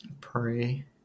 pray